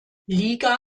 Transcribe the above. liga